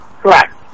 correct